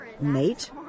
Mate